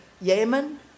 Yemen